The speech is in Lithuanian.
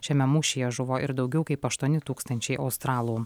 šiame mūšyje žuvo ir daugiau kaip aštuoni tūkstančiai australų